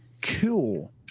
Cool